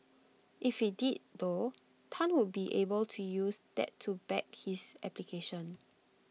if IT did though Tan would be able to use that to back his application